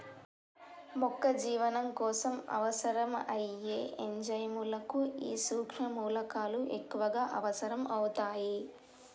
మొక్క జీవనం కోసం అవసరం అయ్యే ఎంజైముల కు ఈ సుక్ష్మ మూలకాలు ఎక్కువగా అవసరం అవుతాయి